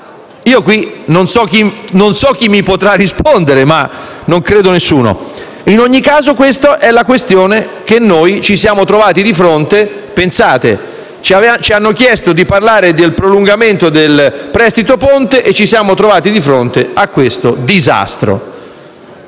Io qui non so chi mi potrà rispondere: credo nessuno. In ogni caso, è la questione che ci siamo trovati di fronte. Pensate: ci hanno chiesto di parlare del prolungamento del prestito ponte e ci siamo trovati di fronte a questo disastro.